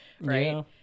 right